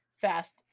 fast